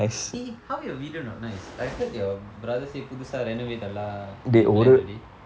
dey how your விட்டு:vitu not nice I heard your brother say புதுசா:puthusaa renovate எல்லாம்:ellam they plan already